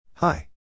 Hi